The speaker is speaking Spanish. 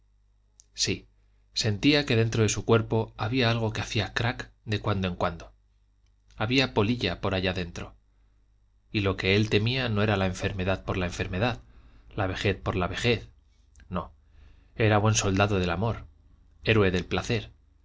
sí sentía que dentro de su cuerpo había algo que hacía crac de cuando en cuando había polilla por allá dentro y lo que él temía no era la enfermedad por la enfermedad la vejez por la vejez no era buen soldado del amor héroe del placer